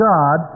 God